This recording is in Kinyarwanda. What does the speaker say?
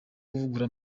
kuvugurura